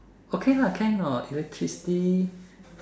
okay lah can or not electricity